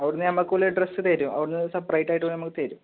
അവിടെനിന്ന് നമുക്കുള്ള ഡ്രസ് തരും അവിടെനിന്ന് സെപ്രേറ്റായിട്ട് നമുക്ക് തരും